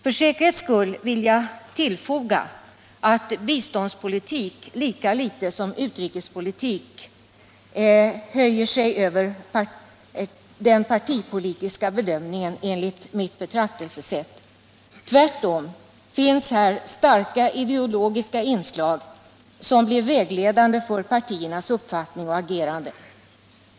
För säkerhets skull vill jag tillfoga att biståndspolitik, enligt mitt betraktelsesätt, höjer sig över den partipolitiska bedömningen lika litet som utrikespolitik. Tvärtom finns det här starka ideologiska inslag som blir vägledande för partiernas uppfattning och agerande.